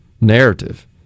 narrative